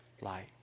light